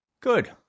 Good